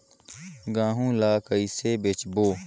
गहूं ला कइसे बेचबो?